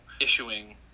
issuing